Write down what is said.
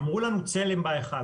אמרו לנו צלם בהיכל,